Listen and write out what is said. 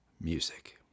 music